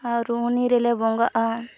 ᱟᱨ ᱨᱩᱦᱱᱤ ᱨᱮᱞᱮ ᱵᱚᱸᱜᱟᱼᱟ